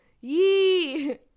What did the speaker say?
Yee